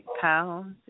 pounds